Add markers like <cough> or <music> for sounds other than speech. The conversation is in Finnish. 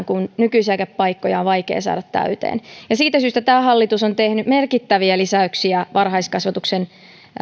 <unintelligible> kun nykyisiäkin paikkoja on vaikea saada täyteen siitä syystä tämä hallitus on tehnyt merkittäviä lisäyksiä varhaiskasvatuksen